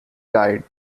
died